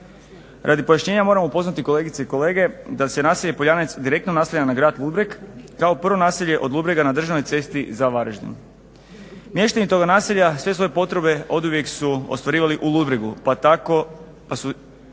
Radi pojašnjenja ja moram upoznati kolegice i kolege da se naselje Poljanec direktno naslanja na grad Ludbreg kao prvo naselje od Ludbrega na državnoj cesti za Varaždin. Mještani toga naselja sve svoje potrebe oduvijek su ostvarivali u Ludbregu pa tako